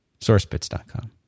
Sourcebits.com